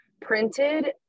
printed